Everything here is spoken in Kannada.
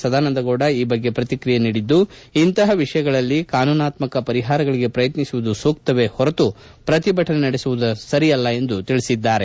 ಸದಾನಂದಗೌಡ ಈ ಬಗ್ಗೆ ಪ್ರತಿಕ್ರಯಿಸಿದ್ದು ಇಂತಹ ವಿಷಯಗಳಲ್ಲಿ ಕಾನೂನಾತ್ಮಕ ಪರಿಹಾರಗಳಿಗೆ ಪ್ರಯತ್ನಿಸುವುದು ಸೂಕ್ತವೇ ಹೊರತು ಪ್ರತಿಭಟನೆ ನಡೆಸುವುದು ಸರಿಯಲ್ಲ ಎಂದಿದ್ದಾರೆ